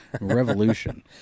Revolution